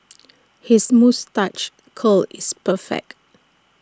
his moustache curl is perfect